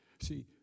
See